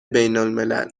بینالملل